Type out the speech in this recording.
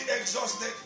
exhausted